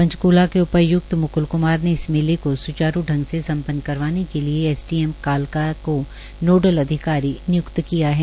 पंचकूला के उपायुक्त मुक्ल क्मार ने इस मेले को सुचारू ढंग से संपन्न करवाने के लिए एस डी एम कालका को नोडल अधिकारी नियुक्त किया है